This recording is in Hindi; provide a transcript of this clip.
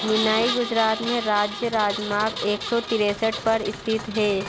निनाई गुजरात में राज्य राजमार्ग एक सौ तिरेसठ पर स्थित है